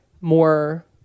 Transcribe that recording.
more